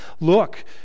look